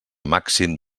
màxim